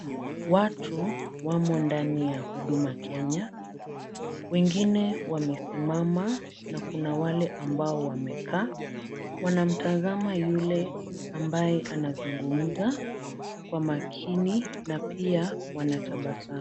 Watu wamo ndani ya huduma Kenya. Wengine wamesimama na kuna wale ambao wamekaa. Wanamtazama yule ambaye anazungumza kwa makini na pia wanatabasamu.